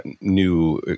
new